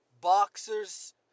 boxers